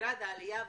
משרד העלייה והקליטה,